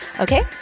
Okay